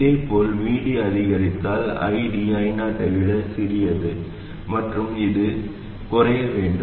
இதேபோல் VD அதிகரித்தால் ID I0 ஐ விட சிறியது மற்றும் இது குறைய வேண்டும்